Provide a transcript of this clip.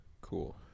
Cool